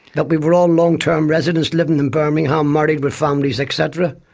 that we were all long-term residents living in birmingham, married with families, et cetera.